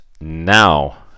Now